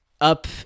Up